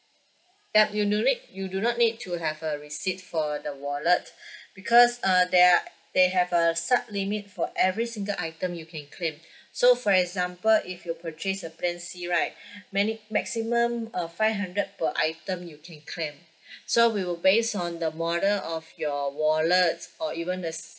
yup you no need you do not need to have a receipt for the wallet because uh there are they have a set limit for every single item you can claim so for example if you purchase the plan C right many maximum of five hundred per item you can claim so we'll based on the model of your wallet or even the